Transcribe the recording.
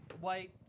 white